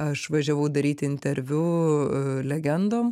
aš važiavau daryti interviu legendom